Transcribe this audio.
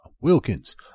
Wilkins